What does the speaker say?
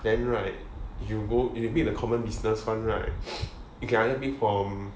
then right you go you take the common business one right you can either take from